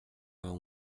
vingt